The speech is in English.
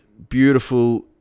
beautiful